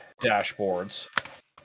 dashboards